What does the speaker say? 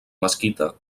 mesquita